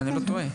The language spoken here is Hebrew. אם אני לא טועה.